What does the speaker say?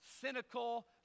cynical